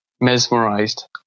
mesmerized